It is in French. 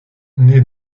naît